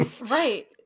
Right